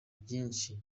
byinshi